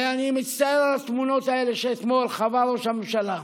ואני מצטער על התמונות האלה שאתמול חווה ראש הממשלה,